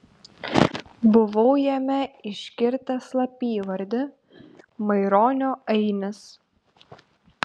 buvau jame iškirtęs slapyvardį maironio ainis